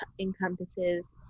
encompasses